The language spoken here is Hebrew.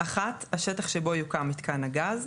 (1)השטח שבו יוקם מתקן הגז.